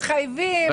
מתחייבים,